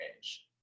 age